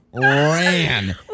ran